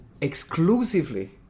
exclusively